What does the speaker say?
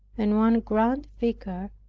and one grand-vicar,